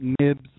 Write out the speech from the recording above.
nibs